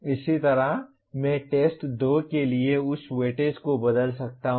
इसी तरह मैं टेस्ट 2 के लिए उस वेटेज को बदल सकता हूं